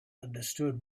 understood